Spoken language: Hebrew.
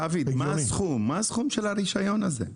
דוד, מה הסכום של הרישיון הזה?